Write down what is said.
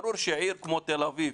ברור שעיר כמו תל אביב,